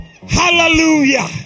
Hallelujah